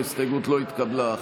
ההסתייגות לא התקבלה.